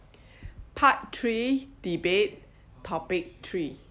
part three debate topic three